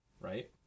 right